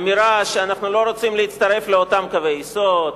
אמירה שאנחנו לא רוצים להצטרף לאותם קווי יסוד,